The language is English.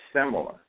similar